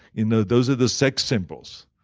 you know those are the sex symbols.